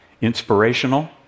Inspirational